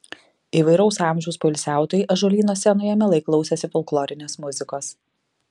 įvairaus amžiaus poilsiautojai ąžuolyno scenoje mielai klausėsi folklorinės muzikos